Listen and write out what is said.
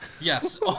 Yes